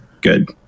good